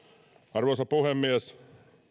arvoisa puhemies